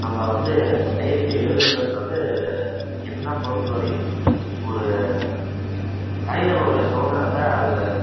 நம்ம வந்து டைரியில் எழுதுகிறன்றது என்னை பொறுத்த வரையும் ஒரு தனி நபரோடைய சுதந்திரத்த அது